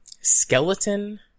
skeleton